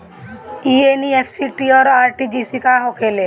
ई एन.ई.एफ.टी और आर.टी.जी.एस का होखे ला?